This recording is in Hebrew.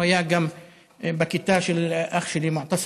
הוא היה גם בכיתה של אח שלי מועתסם.